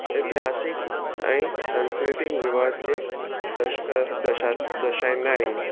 एतिहासिक ऐं संस्कृतिक विवाद जे दर्शका दर्शा दर्शाईंदा आहिनि